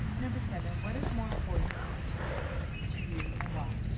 number seven. what is more important to you and why?